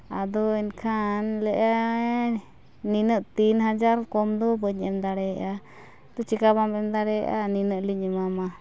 ᱟᱫᱚ ᱮᱱᱠᱷᱟᱱ ᱞᱟᱹᱭᱮᱜᱼᱟᱭ ᱱᱤᱱᱟᱹᱜ ᱴᱤᱱ ᱦᱟᱡᱟᱨ ᱠᱚᱢ ᱫᱚ ᱵᱟᱹᱧ ᱮᱢ ᱫᱟᱲᱮᱭᱟᱜᱼᱟ ᱛᱚ ᱪᱮᱠᱟ ᱵᱟᱢ ᱮᱢ ᱫᱟᱲᱮᱭᱟᱜᱼᱟ ᱱᱤᱱᱟᱹᱜ ᱞᱤᱧ ᱮᱢᱟᱢᱟ